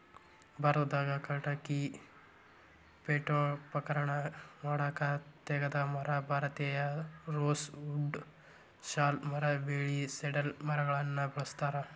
ಭಾರತದಾಗ ಕಟಗಿ ಪೇಠೋಪಕರಣ ಮಾಡಾಕ ತೇಗದ ಮರ, ಭಾರತೇಯ ರೋಸ್ ವುಡ್ ಸಾಲ್ ಮರ ಬೇಳಿ ಸೇಡರ್ ಮರಗಳನ್ನ ಬಳಸ್ತಾರ